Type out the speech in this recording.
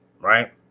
right